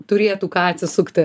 turėtų ką atsisukti